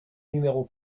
numéro